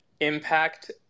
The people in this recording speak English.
impact